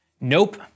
Nope